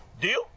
Deal